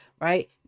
right